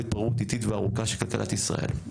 והתפוררות איטית וארוכה של כלכלת ישראל.